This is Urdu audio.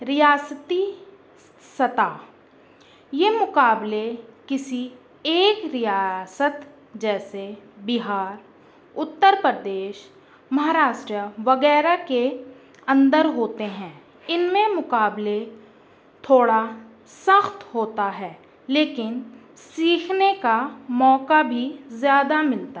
ریاستی سطح یہ مقابلے کسی ایک ریاست جیسے بہار اتر پردیش مہاراشٹرا وغیرہ کے اندر ہوتے ہیں ان میں مقابلے تھوڑا سخت ہوتا ہے لیکن سیکھنے کا موقع بھی زیادہ ملتا ہے